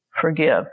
forgive